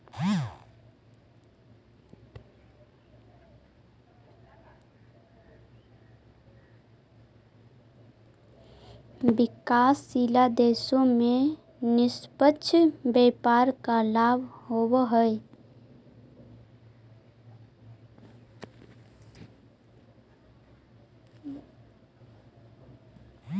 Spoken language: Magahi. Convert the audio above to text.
विकासशील देशों में निष्पक्ष व्यापार का लाभ होवअ हई